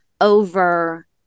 over